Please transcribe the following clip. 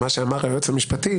עם מה שאמר היועץ המשפטי,